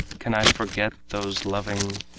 can i forget those loving,